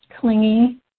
clingy